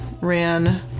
ran